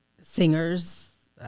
singers